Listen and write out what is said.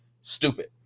Stupid